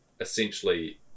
essentially